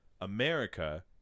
america